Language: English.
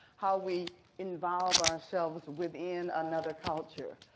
how we involve ourselves within another culture.